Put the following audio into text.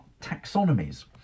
taxonomies